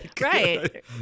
Right